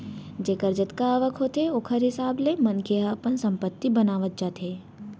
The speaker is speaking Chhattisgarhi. जेखर जतका आवक होथे ओखर हिसाब ले मनखे ह अपन संपत्ति बनावत जाथे